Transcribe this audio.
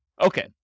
Okay